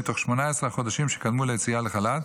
מתוך 18 החודשים שקדמו ליציאה לחל"ת,